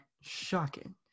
shocking